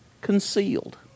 concealed